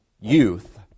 youth